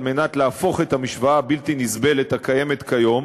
מנת להפוך את המשוואה הבלתי-נסבלת הקיימת כיום,